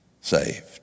saved